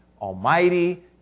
almighty